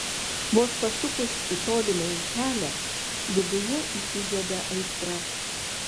vos pasukus į tolimąjį kelią viduje įsižiebia aistra